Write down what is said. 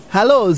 Hello